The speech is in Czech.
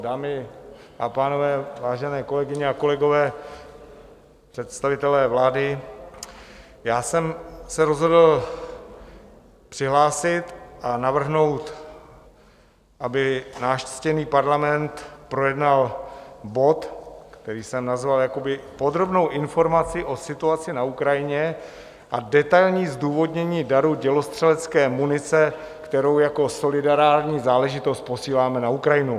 Dámy a pánové, vážené kolegyně a kolegové, představitelé vlády, já jsem se rozhodl přihlásit a navrhnout, aby náš ctěný parlament projednal bod, který jsem nazval jako Podrobnou informaci o situaci na Ukrajině a detailní zdůvodnění daru dělostřelecké munice, kterou jako solidární záležitost posíláme na Ukrajinu.